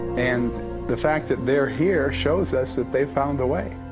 and the fact that they're here shows us that they've found a way.